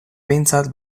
behintzat